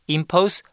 impose